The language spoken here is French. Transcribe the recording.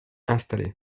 installé